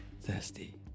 thirsty